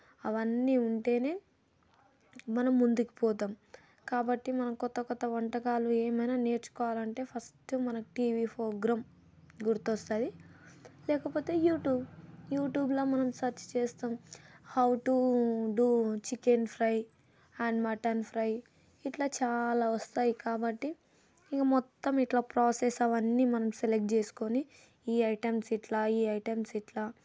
అవన్నీ ఉంటేనే మనం ముందుకు పోతాం కాబట్టి మనం కొత్త కొత్త వంటకాలు ఏమైనా నేర్చుకోవాలంటే ఫస్ట్ మనకి టీవీ ప్రోగ్రాం గుర్తు వస్తుంది లేకపోతే యూట్యూబ్ యూట్యూబ్లో మనం సర్చ్ చేస్తాం how to do chicken fry and mutton fry ఇట్లా చాలా వస్తాయి కాబట్టి ఇంకా మొత్తం ఇట్లా ప్రాసెస్ అవన్నీ మనం సెలెక్ట్ చేసుకుని ఈ ఐటమ్స్ ఇట్లా ఈ ఐటమ్స్ ఇట్లా